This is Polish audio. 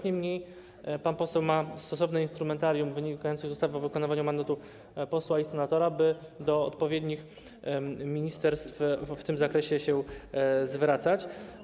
Niemniej pan poseł ma stosowne instrumentarium wynikające z ustawy o wykonywaniu mandatu posła i senatora, by do odpowiednich ministerstw w tym zakresie się zwracać.